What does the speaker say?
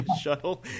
shuttle